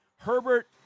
Herbert